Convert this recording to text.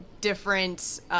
different